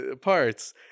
parts